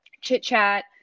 chit-chat